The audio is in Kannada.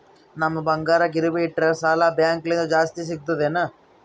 ನಮ್ ಬಂಗಾರ ಗಿರವಿ ಇಟ್ಟರ ಸಾಲ ಬ್ಯಾಂಕ ಲಿಂದ ಜಾಸ್ತಿ ಸಿಗ್ತದಾ ಏನ್?